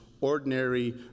ordinary